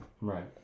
Right